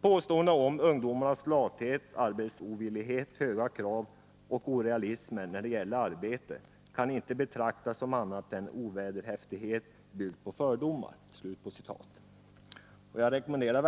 Påståendena om ungdomarnas lathet, arbetsovillighet, höga krav och orealism när det gäller arbete kan inte betraktas som annat än ovederhäftighet och byggt på fördomar.” Jag vill verkligen rekommendera